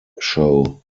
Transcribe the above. show